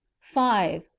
five.